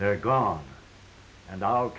they're gone and all